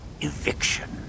Eviction